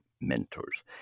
mentors